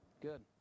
Good